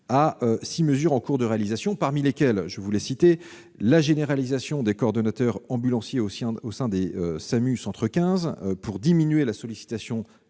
à six mesures, en cours de réalisation, parmi lesquelles je citerai : la généralisation des coordonnateurs ambulanciers au sein des SAMU-Centre 15 pour diminuer la sollicitation